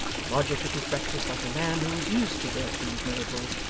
the lodger took his breakfast like a man who was used to work these miracles,